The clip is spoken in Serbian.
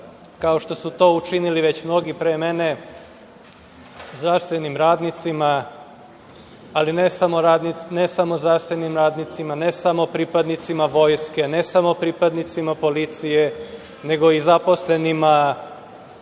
kao što su to učinili već mnogi pre mene, zdravstvenim radnicima, ali ne samo zdravstvenim radnicima, ne samo pripadnicima vojske, ne samo pripadnicima policije, nego i zaposlenima